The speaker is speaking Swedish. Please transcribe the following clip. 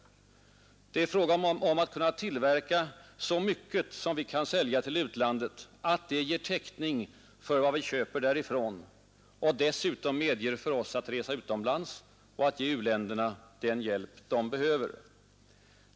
Det är fråga om att kunna tillverka så mycket som vi kan sälja till utlandet att det ger täckning för vad vi köper därifrån och dessutom medger för oss att resa utomlands och att lämna u-länderna den hjälp de behöver.